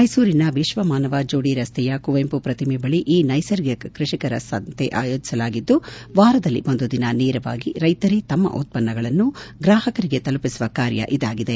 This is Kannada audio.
ಮೈಸೂರಿನ ವಿಶ್ವಮಾನವ ಜೋಡಿರಸ್ತೆಯ ಕುವೆಂಪು ಪ್ರತಿಮೆ ಬಳಿ ಈ ನೈಸರ್ಗಿಕ ಕೃಷಿಕರ ಸಂತೆ ಆಯೋಜಿಸಲಾಗಿದ್ದು ವಾರದಲ್ಲಿ ಒಂದು ದಿನ ನೇರವಾಗಿ ರೈಶರೇ ತಮ್ಮ ಉತ್ಪನ್ನಗಳನ್ನು ಗ್ರಾಪಕರಿಗೆ ತಲುಪಿಸುವ ಕಾರ್ಯ ಇದಾಗಿದೆ